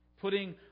Putting